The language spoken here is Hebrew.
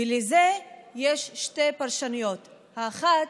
ולזה יש שתי פרשנויות: האחת,